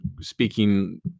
speaking